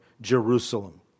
Jerusalem